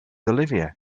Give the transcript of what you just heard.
olivia